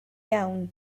iawn